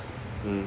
mm